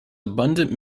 abundant